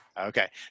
Okay